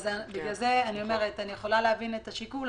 אני יכולה להבין את השיקול.